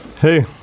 Hey